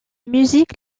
musique